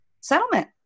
settlement